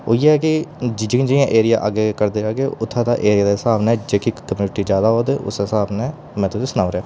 उ'यै की जि'यां जि'यां एरिया अग्गें करदे जाह्गे उ'त्थां दे एरिया दे स्हाब ने जेह्की कम्युनिटी जादै होग ते उस्सै स्हाब नै में तुसें ई सनाऊ ओड़ेआ